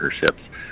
partnerships